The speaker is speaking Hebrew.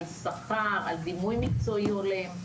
שכר ודימוי מקצועי הולם.